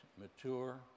mature